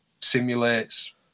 simulates